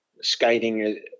skating